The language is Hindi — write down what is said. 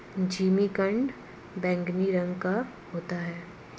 जिमीकंद बैंगनी रंग का होता है